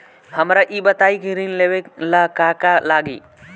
हमरा ई बताई की ऋण लेवे ला का का लागी?